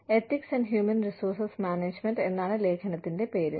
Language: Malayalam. ethics and human resource management എന്നാണ് ലേഖനത്തിന്റെ പേര്